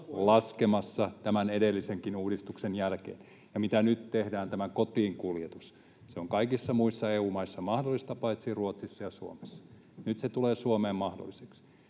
laskemassa tämän edellisenkin uudistuksen jälkeen, ja se, mitä nyt tehdään, tämä kotiinkuljetus, on kaikissa muissa EU-maissa mahdollista paitsi Ruotsissa ja Suomessa. Nyt se tulee Suomeen mahdolliseksi.